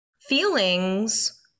feelings